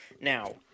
Now